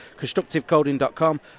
ConstructiveCoding.com